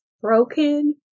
broken